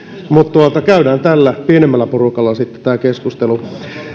mutta käydään tällä pienemmällä porukalla sitten tämä keskustelu itse asiassa tämä